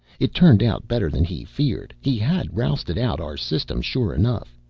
it turned out better than he feared. he had rousted out our system, sure enough.